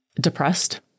depressed